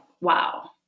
wow